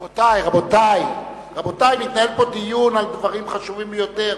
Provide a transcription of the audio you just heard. רבותי, מתנהל פה דיון על דברים חשובים ביותר.